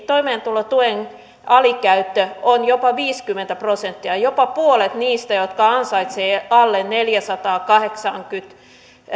toimeentulotuen alikäyttö on jopa viisikymmentä prosenttia jopa puolet niistä jotka ansaitsevat alle neljäsataakahdeksankymmentäviisi